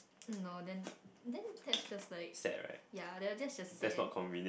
no then then that's just like ya they're just a set